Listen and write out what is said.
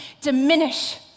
diminish